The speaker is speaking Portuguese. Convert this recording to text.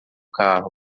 carro